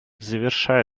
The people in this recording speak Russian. завершая